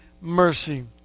mercy